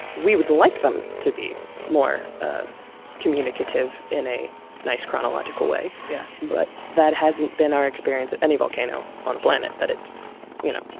we would like them to be more communicative in a nice, chronological way yeah but that hasn't been our experience at any volcano on the planet, that it's you know,